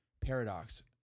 paradox